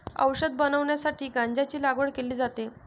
औषध बनवण्यासाठी गांजाची लागवड केली जाते